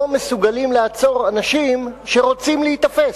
לא מסוגלת לעצור אנשים שרוצים להיתפס.